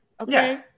Okay